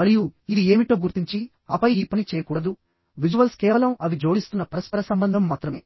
మరియు ఇది ఏమిటో గుర్తించి ఆపై ఈ పని చేయకూడదు విజువల్స్ కేవలం అవి జోడిస్తున్న పరస్పర సంబంధం మాత్రమే